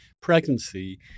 pregnancy